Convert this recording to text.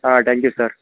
ಹಾಂ thank you sir